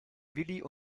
willie